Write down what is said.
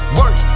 work